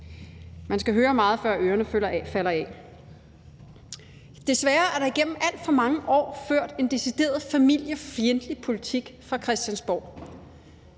Man skal høre meget, før ørerne falder af. Desværre er der igennem alt for mange år ført en decideret familiefjendtlig politik fra Christiansborg.